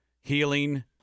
healing